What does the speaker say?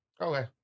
Okay